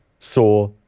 saw